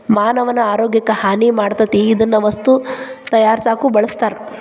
ಮಾನವನ ಆರೋಗ್ಯಕ್ಕ ಹಾನಿ ಮಾಡತತಿ ಇದನ್ನ ವಸ್ತು ತಯಾರಸಾಕು ಬಳಸ್ತಾರ